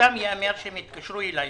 לזכותם יאמר שהם התקשרו אליי,